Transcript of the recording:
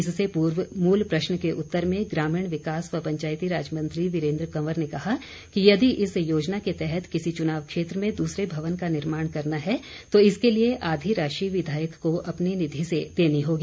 इससे पूर्व मूल प्रश्न के उत्तर में ग्रामीण विकास व पंचायतीराज मंत्री वीरेंद्र कवर ने कहा कि यदि इस योजना के तहत किसी चुनाव क्षेत्र में दूसरे भवन का निर्माण करना है तो इसके लिए आधी राशि विधायक को अपनी निधि से देनी होगी